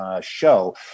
show